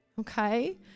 Okay